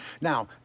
Now